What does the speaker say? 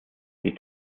die